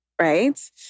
Right